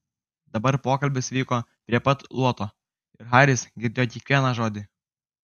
dabar pokalbis vyko prie pat luoto ir haris girdėjo kiekvieną žodį